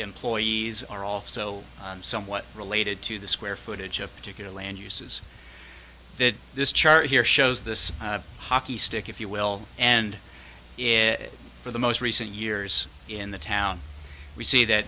employees are also somewhat related to the square footage of particular land uses that this chart here shows the hockey stick if you will and it for the most recent years in the town we see that